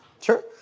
Sure